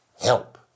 help